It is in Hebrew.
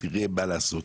תראה מה לעשות,